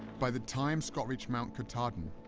by the time scott reached mount katahdin,